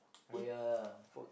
oh yeah yeah yeah